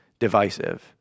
divisive